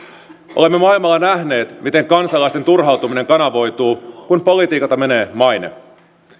olemme maailmalla nähneet miten kansalaisten turhautuminen kanavoituu kun politiikalta menee maine